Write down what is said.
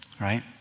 right